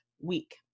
week